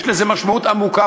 יש לזה משמעות עמוקה,